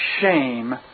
shame